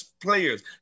players